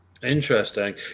Interesting